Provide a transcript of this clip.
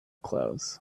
clothes